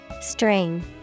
String